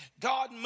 God